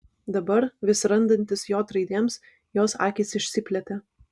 dabar vis randantis j raidėms jos akys išsiplėtė